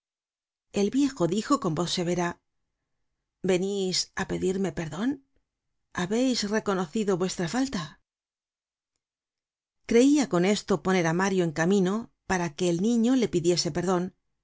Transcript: el viejo dijo con voz severa venís á pedirme perdon habeis reconocido vuestra falta creia con esto poner á mario en camino para que el niño le pidiese perdon